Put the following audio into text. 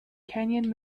canyon